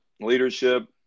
leadership